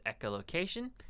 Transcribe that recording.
echolocation